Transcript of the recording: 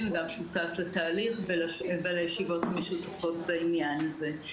וגם שותף לתהליך ולישיבות המשותפות בעניין הזה.